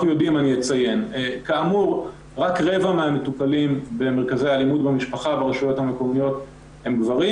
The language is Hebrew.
רק רבע מהמטופלים במרכזי האלימות במשפחה ברשויות המקומיות הם גברים.